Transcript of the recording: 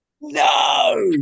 No